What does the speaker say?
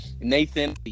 Nathan